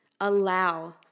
Allow